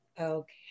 Okay